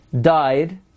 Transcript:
died